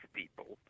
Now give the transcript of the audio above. people